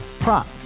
Prop